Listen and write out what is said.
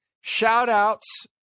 Shout-outs